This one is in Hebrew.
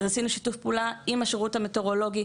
עשינו שיתוף פעולה עם השירות המטאורולוגי